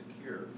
secure